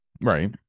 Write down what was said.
right